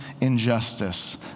injustice